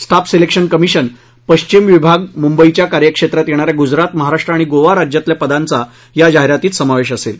staff selection commission पश्चिम विभाग मुंबईच्या कार्यक्षेत्रात येणा या गुजरात महाराष्ट्र आणि गोवा राज्यातील पदांचा या जाहिरातीत समावेश असेल